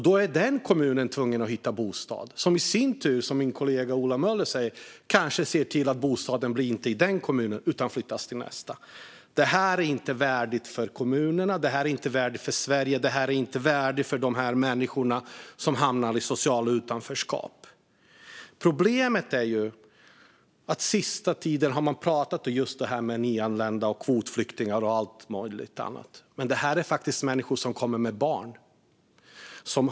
Då är kommunen tvungen att hitta bostad, och, som min kollega Ola Möller säger, kanske den kommunen ser till att bostaden i stället blir i nästa kommun. Detta är inte värdigt för kommunerna, Sverige eller de människor som hamnar i socialt utanförskap. Problemet är att man på senaste tiden har pratat om nyanlända, kvotflyktingar och så vidare. Men det här är faktiskt människor som kommer med barn.